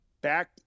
back